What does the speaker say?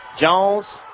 Jones